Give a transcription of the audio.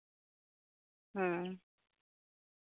ᱦᱮᱸ